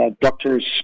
doctors